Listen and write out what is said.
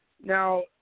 Now